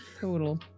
Total